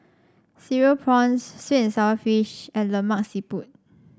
Cereal Prawns sweet and sour fish and Lemak Siput